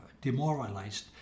demoralized